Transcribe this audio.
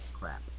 crap